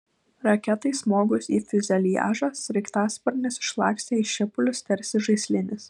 raketai smogus į fiuzeliažą sraigtasparnis išlakstė į šipulius tarsi žaislinis